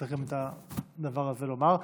צריך גם את הדבר הזה לומר.